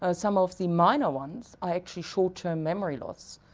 ah some of the minor ones are actually short-term memory loss.